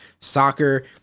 soccer